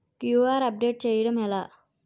QR update చేయడం ఎలా?